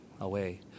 away